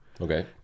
Okay